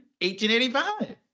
1885